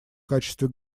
качестве